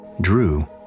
Drew